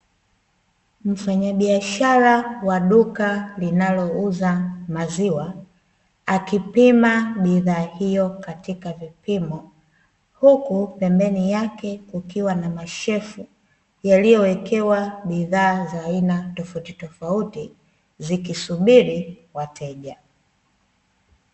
Mfanyabiashara wa duka linalouza maziwa akipima bidhaa hiyo katika vipimo, huku pembeni yake kukiwa na mashelfu yaliyowekewa bidhaa za aina tofautitofauti zikisubiri wateja.